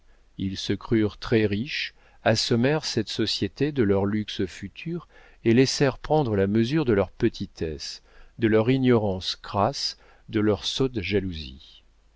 ils se crurent très riches assommèrent cette société de leur luxe futur et laissèrent prendre la mesure de leur petitesse de leur ignorance crasse de leur sotte jalousie